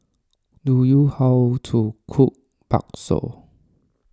do you how to cook Bakso